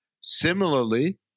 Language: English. Similarly